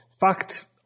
Fact